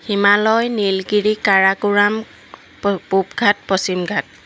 হিমালয় নীলগিৰি কাৰাকোৰাম পূবঘাট পশ্চিমঘাট